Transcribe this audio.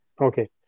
Okay